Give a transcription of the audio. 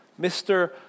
Mr